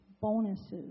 bonuses